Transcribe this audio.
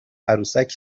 عروسک